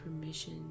permission